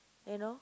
you know